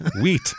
Wheat